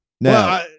No